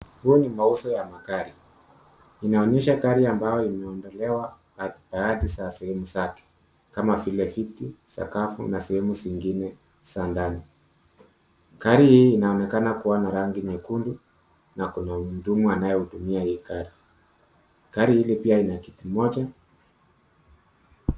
Huu ni mauzo ya magari. Inaonyesha gari ambayo imeondolewa na baadhi na sehemu zake, kama vile: viti, sakafu na sehemu zingine za ndani. Gari hii inaonekana kuwa na rangi nyekundu na kuna mhudumu anayehudumia hii gari. Gari hili pia ina kiti moja.